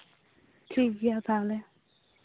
ᱴᱷᱤᱠ ᱜᱮᱭᱟ ᱛᱟᱦᱚᱞᱮ